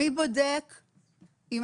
הם בורחים לקהילה, הם